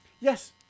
Yes